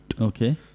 Okay